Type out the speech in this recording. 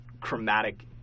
chromatic